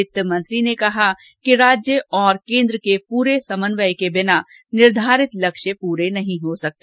वित्तमंत्री ने कहा कि राज्य और केन्द्र के पूरे समन्वय के बिना निर्धारित लक्ष्य पूरे नहीं हो सकते